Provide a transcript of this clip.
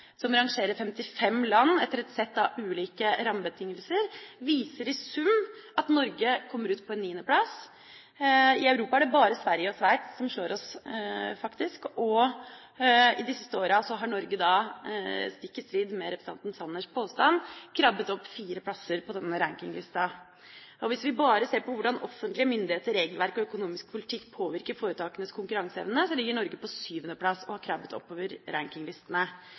som rangerer 55 land etter et sett av ulike rammebetingelser, at Norge i sum kommer på en niendeplass. I Europa er det bare Sverige og Sveits som slår oss, faktisk. I de siste åra har Norge, stikk i strid med representanten Sanners påstand, krabbet opp fire plasser på denne rankinglisten. Hvis vi bare ser på hvordan offentlige myndigheter, regelverk og økonomisk politikk påvirker foretakenes konkurranseevne, ligger Norge på sjuendeplass og har